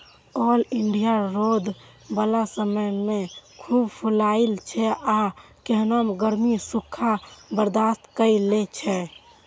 oleander रौद बला समय मे खूब फुलाइ छै आ केहनो गर्मी, सूखा बर्दाश्त कए लै छै